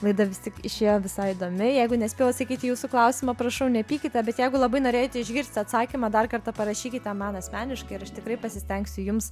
laida vis tik išėjo visai įdomi jeigu nespėjau atsakyti į jūsų klausimą prašau nepykite bet jeigu labai norėjote išgirsti atsakymą dar kartą parašykite man asmeniškai ir aš tikrai pasistengsiu jums